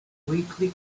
weekly